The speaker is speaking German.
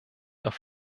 auf